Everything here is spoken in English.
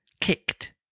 kicked